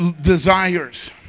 desires